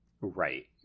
Right